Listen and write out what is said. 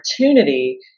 opportunity